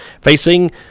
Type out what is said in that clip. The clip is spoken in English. Facing